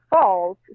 falls